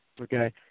Okay